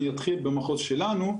אני אתחיל במחוז שלנו.